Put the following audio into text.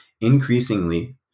increasingly